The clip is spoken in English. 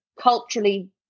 culturally